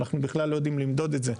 אנחנו בכלל לא יודעים למדוד את זה.